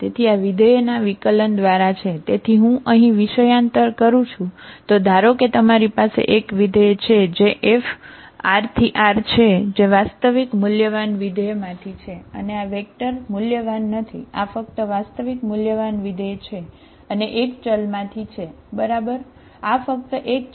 તેથી આ વિધેય છે જે Fx dFdxx આને સમાન છે આ x નું મૂલ્ય x x0 પર છે